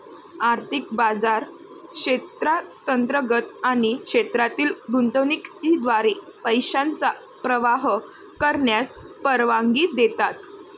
आर्थिक बाजार क्षेत्रांतर्गत आणि क्षेत्रातील गुंतवणुकीद्वारे पैशांचा प्रवाह करण्यास परवानगी देतात